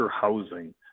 housing